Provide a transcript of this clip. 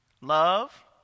Love